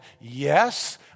yes